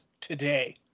today